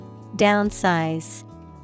downsize